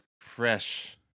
fresh